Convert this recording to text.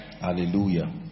Hallelujah